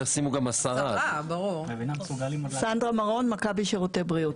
ישימו גם 10. מכבי שירותי בריאות.